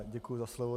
Děkuji za slovo.